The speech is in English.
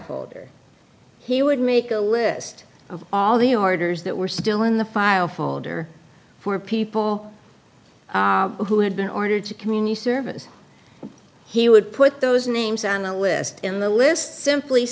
folder he would make a list of all the orders that were still in the file folder for people who had been ordered to community service and he would put those names an a list in the list simply